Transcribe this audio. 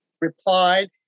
replied